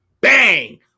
bang